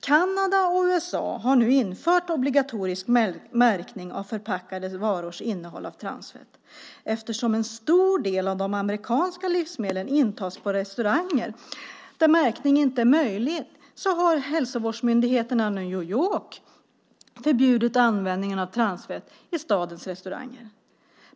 Kanada och USA har nu infört obligatorisk märkning av förpackade varors innehåll av transfett. Eftersom en stor del av de amerikanska livsmedlen intas på restauranger där märkning inte är möjlig har hälsovårdsmyndigheterna i New York förbjudit användningen av transfett i stadens restauranger.